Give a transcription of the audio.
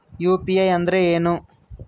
UPI ಅಂದ್ರೇನು?